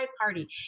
party